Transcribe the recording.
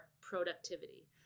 productivity